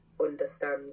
understand